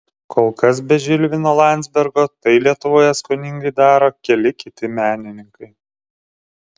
kol kas be žilvino landzbergo tai lietuvoje skoningai daro keli kiti menininkai